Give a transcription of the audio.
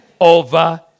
Over